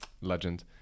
Legend